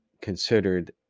considered